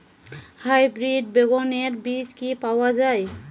Hybrid বেগুনের বীজ কি পাওয়া য়ায়?